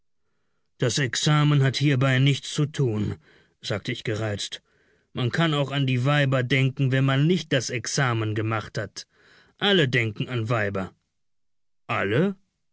das examen hat hierbei nichts zu tun sagte ich gereizt man kann auch an die weiber denken wenn man nicht das examen gemacht hat alle denken an weiber alle